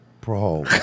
bro